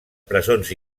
presons